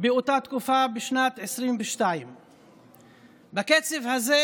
באותה תקופה בשנת 2022. בקצב הזה